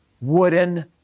wooden